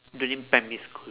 during primary school